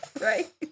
Right